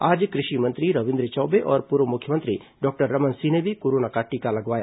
आज कृषि मंत्री रविन्द्र चौबे और पूर्व मुख्यमंत्री डॉक्टर रमन सिंह ने भी कोरोना का टीका लगवाया